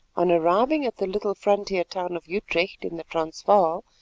on arriving at the little frontier town of utrecht in the transvaal,